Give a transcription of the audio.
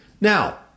Now